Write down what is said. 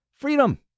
freedom